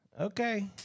okay